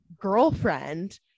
girlfriend